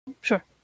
Sure